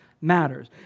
matters